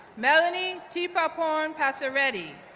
melanie thipaporn passaretti,